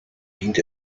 dient